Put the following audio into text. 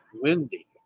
windy